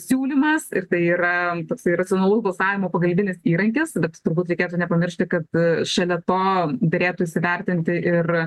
siūlymas ir tai yra toksai racionalaus balsavimo pagalbinis įrankis bet turbūt reikėtų nepamiršti kad šalia to derėtų įsivertinti ir